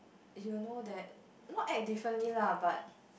you'll know that not act differently lah but